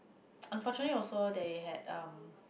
unfortunately also they had um